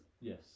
yes